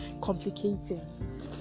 complicating